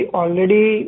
already